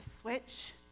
switch